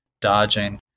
dodging